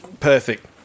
perfect